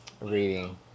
Reading